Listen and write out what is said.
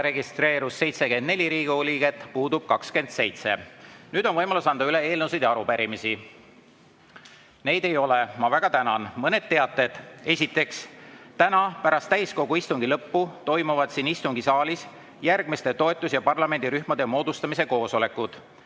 registreerus 74 Riigikogu liiget, puudub 27.Nüüd on võimalus anda üle eelnõusid ja arupärimisi. Neid ei ole. Ma väga tänan. Mõned teated. Esiteks, täna pärast täiskogu istungi lõppu toimuvad siin istungisaalis järgmiste toetus‑ ja parlamendirühmade moodustamise koosolekud: